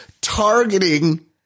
targeting